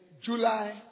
July